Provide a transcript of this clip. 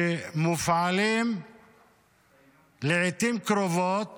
שמופעלים לעיתים קרובות